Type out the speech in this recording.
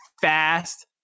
fast